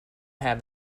have